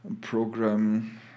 program